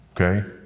okay